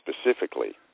specifically